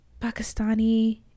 Pakistani